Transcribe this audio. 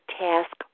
task